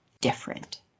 different